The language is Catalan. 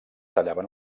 tallaven